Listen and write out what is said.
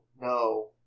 no